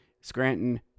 Scranton